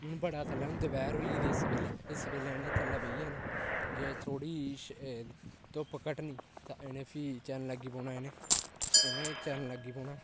हून बड़ै दे थल्लै हून दपैह्र होइये दी इस बेल्लै इस बेल्लै इ'नें थल्लै बेही जाना जेल्लै थोह्ड़ी धोप घट्टनी तां इ'नें फ्ही चरन लगी पौना इ'नें चरन लगी पौना